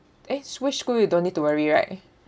eh which school you don't need to worry right